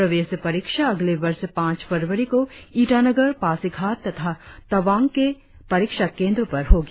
प्रवेश परीक्षा अगले वर्ष पांच फरवरी को ईटानगर पासीघाट तथा तवांग के परीक्षा केंद्रों पर होगी